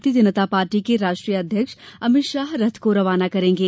भारतीय जनता पार्टी के राष्ट्रीय अध्यक्ष अमित शाह रथ को रवाना करेंगे